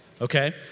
okay